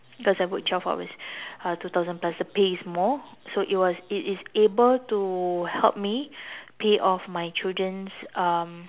cause I work twelve hours uh two thousand plus the pay is more so it was it is able to help me pay off my children's um